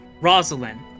Rosalind